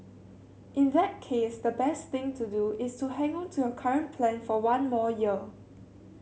in that case the best thing to do is to hang on to your current plan for one more year